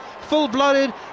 full-blooded